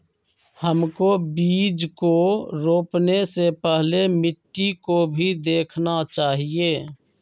हमको बीज को रोपने से पहले मिट्टी को भी देखना चाहिए?